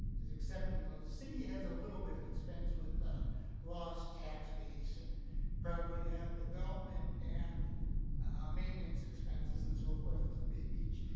is accepting, the city has a little bit of expense with lost tax base, and probably would have development and maintenance expenses and so forth with bay beach.